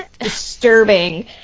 disturbing